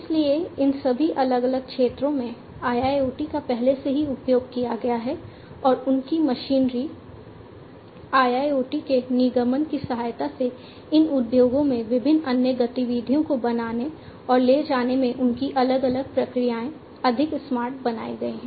इसलिए इन सभी अलग अलग क्षेत्रों में IIoT का पहले से ही उपयोग किया गया है और उनकी मशीनरी IIoT के निगमन की सहायता से इन उद्योगों में विभिन्न अन्य गतिविधियों को बनाने और ले जाने में उनकी अलग अलग प्रक्रियाएँ अधिक स्मार्ट बनाई गई हैं